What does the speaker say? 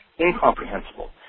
incomprehensible